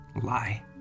Lie